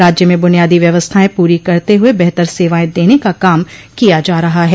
राज्य में बुनियादी व्यवस्थाएं पूरी करते हुये बेहतर सेवायें देने का काम किया जा रहा है